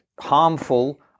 harmful